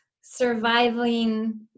surviving